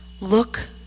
Look